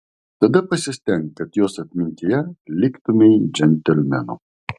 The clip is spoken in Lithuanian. tada pasistenk kad jos atmintyje liktumei džentelmenu